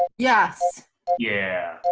yes yeah.